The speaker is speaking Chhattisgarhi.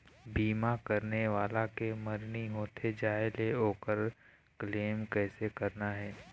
बीमा करने वाला के मरनी होथे जाय ले, ओकर क्लेम कैसे करना हे?